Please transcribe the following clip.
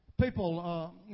people